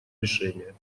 решения